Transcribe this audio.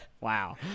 wow